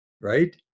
right